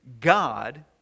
God